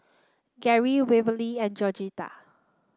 Geary Waverly and Georgetta